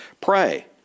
pray